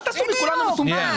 אל תעשו מכולנו מטומטמים.